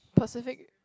Pacific